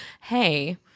hey